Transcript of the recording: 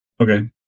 Okay